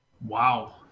Wow